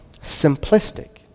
simplistic